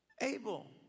Abel